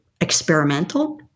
experimental